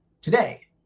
today